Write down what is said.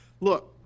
look